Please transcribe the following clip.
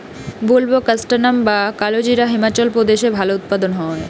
বুলবোকাস্ট্যানাম বা কালোজিরা হিমাচল প্রদেশে ভালো উৎপাদন হয়